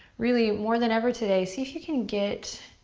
really more than ever today, see if you can get